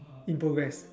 in progress